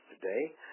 today